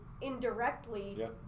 indirectly